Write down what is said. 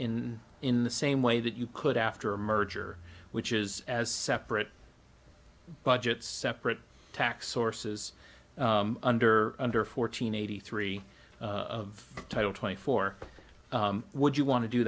in in the same way that you could after a merger which is as separate budgets separate tax sources under under fourteen eighty three of title twenty four would you want to do